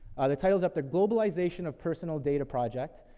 ah, the title's up there, globalization of personal data project.